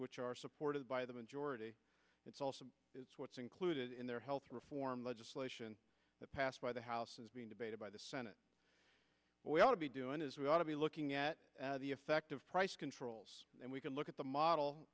which are supported by the majority it's also what's included in their health reform legislation asked by the house is being debated by the senate we ought to be doing is we ought to be looking at the effect of price controls and we can look at the model